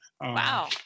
wow